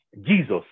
Jesus